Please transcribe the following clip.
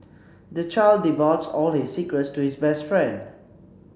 the child divulged all his secrets to his best friend